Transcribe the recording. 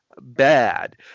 bad